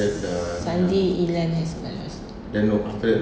sunday ilan has madrasah